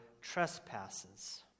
trespasses